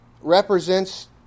represents